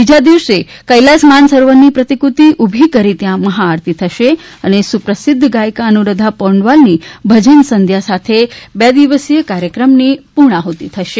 બીજા દિવસે કેલાસ માનસરોવરની પ્રતિકૃતિ ઊભી કરીને ત્યાં મહાઆરતી થશે અને સુપ્રસિદ્ધ ગાયિકા અનુરાધા પૌડવાલની ભજન સંધ્યા સાથે બે દિવસીય કાર્યક્રમની પૂર્ણાહ્તિ થશે